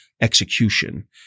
Execution